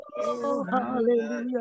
Hallelujah